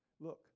look